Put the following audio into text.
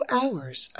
hours